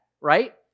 right